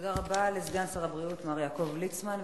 תודה רבה לסגן שר הבריאות, מר יעקב ליצמן.